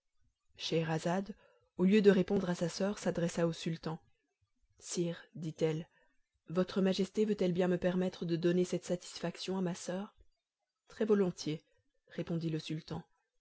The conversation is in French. scheherazade au lieu de répondre à sa soeur s'adressa au sultan sire dit-elle votre majesté veut-elle bien me permettre de donner cette satisfaction à ma soeur très-volontiers répondit le sultan